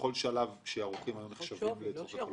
בכל שלב שערוכים היו מאפשרים לחלק דיבידנדים,